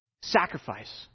sacrifice